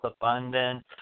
abundance